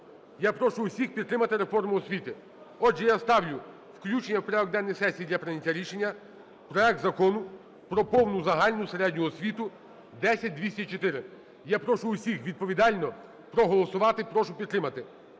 Я прошу всіх підтримати реформу освіти. Отже, я ставлю включення в порядок денний сесії для прийняття рішення проект Закону про повну загальну середню освіту (10204). Я прошу всіх відповідально проголосувати, прошу підтримати.